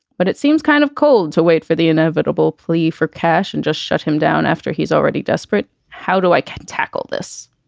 but it seems kind of cold to wait for the inevitable plea for cash and just shut him down after he's already desperate. how do i can tackle this?